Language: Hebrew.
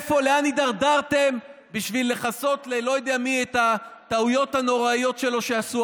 לאן הידרדרתם בשביל לכסות ללא-יודע-מי את הטעויות הנוראיות שלו שנעשו?